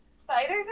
Spider